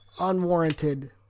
unwarranted